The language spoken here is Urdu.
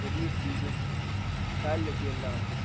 چلیے ٹھیک ہے خیال رکھیے اللہ حافظ